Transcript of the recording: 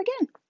again